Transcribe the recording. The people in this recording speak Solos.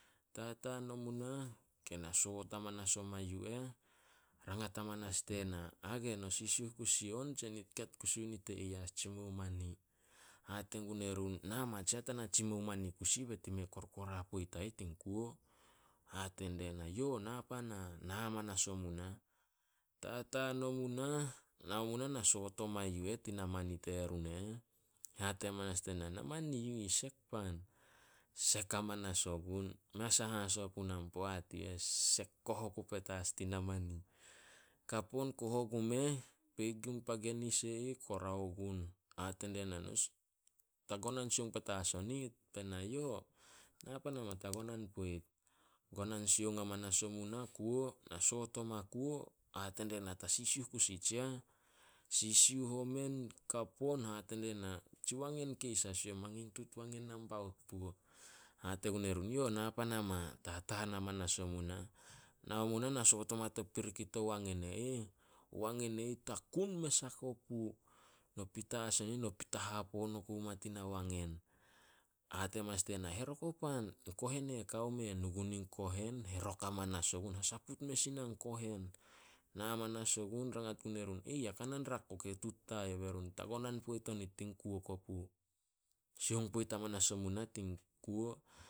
Tataan omu nah, na soot amanas oma yu eh, rangat amanas die na. "Hage no sisiuh kusi on tse nit ket kusi o nit e ih yas tsimou mani?" Hate gun erun, "Na ma tsiah tana tsimou mani kusi be nit i me korkora poit a ih tin kuo." Hate die na, "Yo na pana." Na hamanas omu nah, tataan omu nah, nao mu nah na soot oma yu eh tina mani terun yu eh. Hate amanas die na, "Namani yu ih sek pan." Sek amanas ogun, mei a sah haso punai poat yu eh. Sek koh oku petas tin namani. Kap on, koh ogumeh, peit gun pa genis kora ogun. Hate die na, "Ta gonan sioung petas o nit." "Yo, na pan ama ta gonan poit." Gonan sioung amanas omu nai kuo, na soot oma kuo, hate die na, "Ta sisiuh kusi tsiah." Sisiuh omen, kap on, hate die na, "Tsi wangen keis as yu eh mangin tut wangen puo." Hate gun erun, "Yo na pan ama." Tataan amanas omu nah, nao mu nah na soot oma to piriki to wangen e ih, wangen e ih takun mes a kopu. No pita as on e ih, no pita hapoon oma tina wangen. Hate amanas die na, "Herok o pan, kohen e eh kao me eh." Nu gun in kohen, herok amanas ogun, hasaput mes i na in kohen. Na amanas ogun rangat gue run, "Ya kao na rako ke tut dia youh." Be run, "Ta gonan poit o nit tin kuo kopu." Sioung poit amanas omu nah tin kuo.